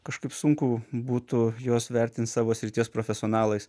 kažkaip sunku būtų juos vertint savo srities profesionalais